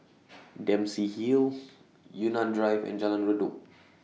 Dempsey Hill Yunnan Drive and Jalan Redop